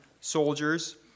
soldiers